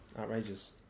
Outrageous